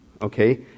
okay